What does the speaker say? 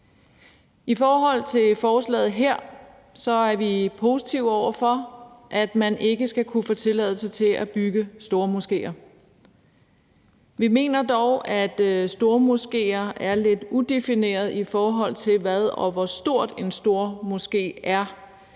I forhold til forslaget her er vi positive over for, at man ikke skal kunne få tilladelse til at bygge stormoskéer. Vi mener dog, at stormoskéer er lidt udefineret i forslaget her, i forhold til hvad og hvor stor en stormoské er.